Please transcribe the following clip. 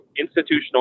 institutional